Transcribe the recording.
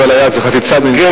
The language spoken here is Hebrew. חציצה בנטילת ידיים.